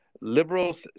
liberals